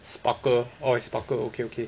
sparker orh it's sparker okay okay